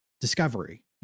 discovery